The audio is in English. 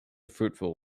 fruitful